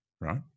right